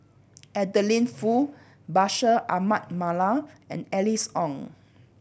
Adeline Foo Bashir Ahmad Mallal and Alice Ong